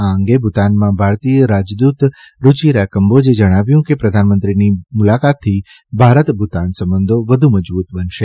આ અંગે ભૂતાનમાં ભારતીય રાજદૂત રૂચિરા કંબોજે જણાવ્યું કે પ્રધાનમંત્રીની મુલાકાતથી ભારત ભૂતાન સંબંધો વધુ મજબૂત બનશે